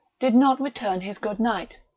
did not return his good-night.